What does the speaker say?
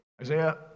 Isaiah